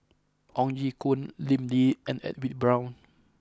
Ong Ye Kung Lim Lee and Edwin Brown